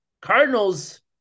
Cardinals